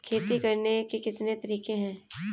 खेती करने के कितने तरीके हैं?